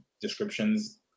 descriptions